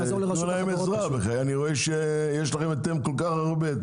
אני רואה שיש לכם כל כך הרבה.